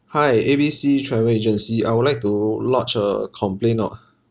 hi A B C travel agency I would like to lodge a complaint orh